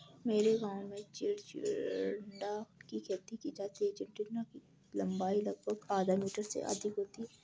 मेरे गांव में चिचिण्डा की खेती की जाती है चिचिण्डा की लंबाई लगभग आधा मीटर से अधिक होती है